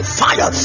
fire